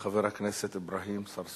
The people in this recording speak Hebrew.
של חבר הכנסת אברהים צרצור.